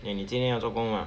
eh 你今天要做工 mah